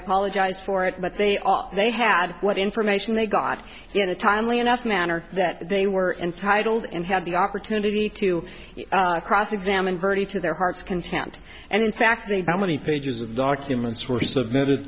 apologize for it but they all they had what information they got in a timely enough manner that they were entitled and had the opportunity to cross examine verdes to their heart's content and in fact the how many pages of documents were submitted